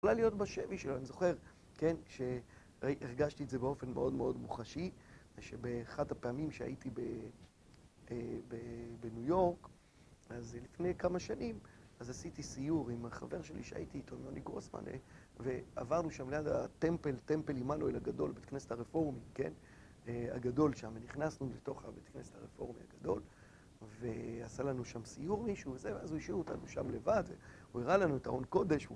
יכולה להיות בשבי שלו, אני זוכר, כן, שהרגשתי את זה באופן מאוד מאוד מוחשי, שבאחת הפעמים שהייתי בניו יורק, אז לפני כמה שנים, אז עשיתי סיור עם החבר שלי שהייתי איתו, נוני גרוסמן, ועברנו שם ליד הטמפל, טמפל עמנואל הגדול, בית כנסת הרפורמי, כן, הגדול שם, ונכנסנו לתוך בית כנסת הרפורמי הגדול, ועשה לנו שם סיור מישהו וזה, ואז הוא השאיר אותנו שם לבד, והוא הראה לנו את ההון קודש,